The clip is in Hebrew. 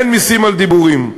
אין מסים על דיבורים.